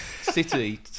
City